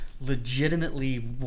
legitimately